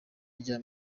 rya